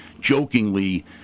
jokingly